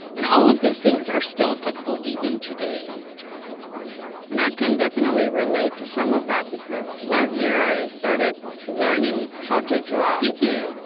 and all of things are still applicable even today in my job and i can definitely relate to some of that, because last year i started learning how to draw. did you?